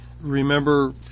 Remember